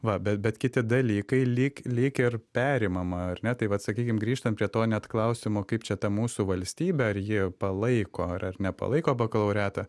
va be bet kiti dalykai lyg lyg ir perimama ar ne tai sakykim grįžtam prie to net klausimo kaip čia ta mūsų valstybė ar ji palaiko ar ar nepalaiko bakalaureatą